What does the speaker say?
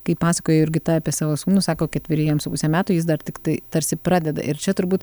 kaip pasakojo jurgita apie savo sūnų sako ketveri jam su puse metų jis dar tiktai tarsi pradeda ir čia turbūt